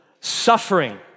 suffering